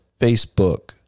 Facebook